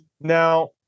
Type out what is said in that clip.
Now